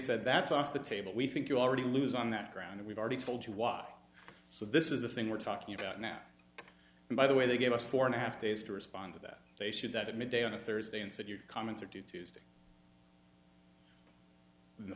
said that's off the table we think you already lose on that ground we've already told you why so this is the thing we're talking about now and by the way they gave us four and a half days to respond to that they should that at midday on a thursday and said your comments are due tuesday in the